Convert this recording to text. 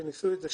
שם ניסו את זה